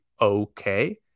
okay